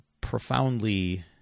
profoundly